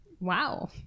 Wow